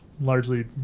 largely